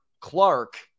Clark